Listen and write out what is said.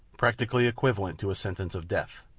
practically equivalent to a sentence of death.